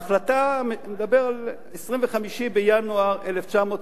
ההחלטה, אני מדבר על 25 בינואר 1997,